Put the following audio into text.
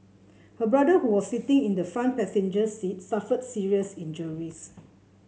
her brother who was sitting in the front passenger seat suffered serious injuries